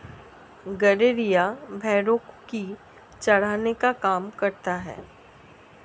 गड़ेरिया भेड़ो को चराने का काम करता है